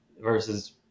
versus